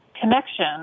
connection